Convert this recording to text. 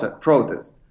protests